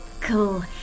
Cool